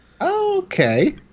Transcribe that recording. Okay